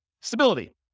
Stability